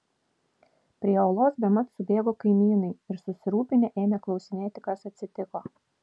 prie olos bemat subėgo kaimynai ir susirūpinę ėmė klausinėti kas atsitiko